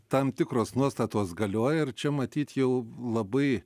tam tikros nuostatos galioja ir čia matyt jau labai